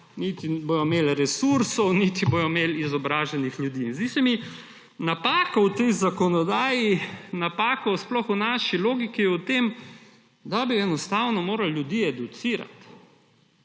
niti ne bodo imeli resursov niti ne bodo imeli izobraženih ljudi. Zdi se mi, da je napaka v tej zakonodaji, napaka sploh v naši logiki v tem, da bi enostavno morali ljudi educirati.